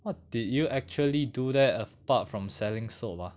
what did you actually do there apart from selling soap ah